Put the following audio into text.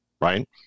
right